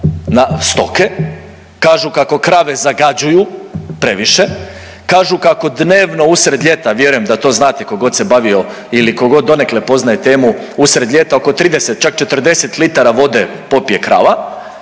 na stoke, kažu kako krave zagađuju previše, kažu kako dnevno usred ljeta vjerujem da to znate tko god se bavio ili tko god donekle poznaje temu, usred ljeta oko 30 čak 40 litara vode popije krava